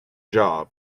job